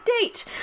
date